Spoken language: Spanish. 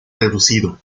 reducido